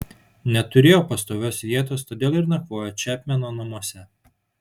neturėjo pastovios vietos todėl ir nakvojo čepmeno namuose